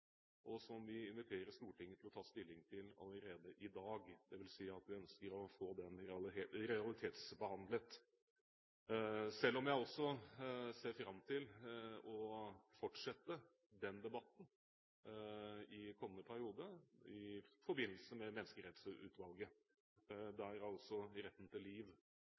liv, som vi inviterer Stortinget til å ta stilling til allerede i dag, dvs. at vi ønsker å få den realitetsbehandlet, selv om jeg også ser fram til å fortsette den debatten i kommende periode i forbindelse med Menneskerettighetsutvalget, der altså retten til liv